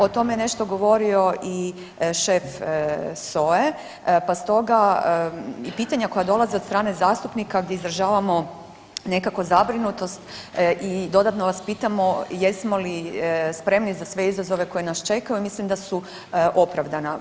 O tome je nešto govorio i šef SOA-e pa stoga, pitanja koja dolaze od strane zastupnika gdje izražavamo nekako zabrinutost i dodatno vas pitamo jesmo li spremni za sve izazove koji nas čekaju, mislim da su opravdana.